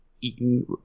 eaten